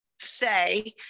Say